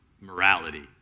Morality